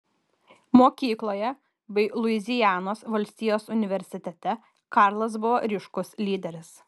mokykloje bei luizianos valstijos universitete karlas buvo ryškus lyderis